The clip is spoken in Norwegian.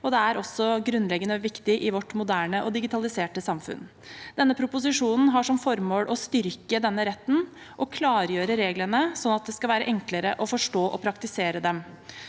Det er også grunnleggende viktig i vårt moderne og digitaliserte samfunn. Denne proposisjonen har som formål å styrke denne retten og klargjøre reglene, sånn at det skal være enklere å forstå og praktisere dem.